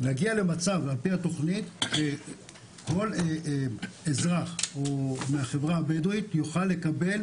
להגיע למצב שכל אזרח מהחברה הבדואית יוכל לקבל